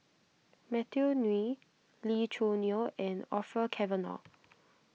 Matthew Ngui Lee Choo Neo and Orfeur Cavenagh